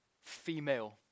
...female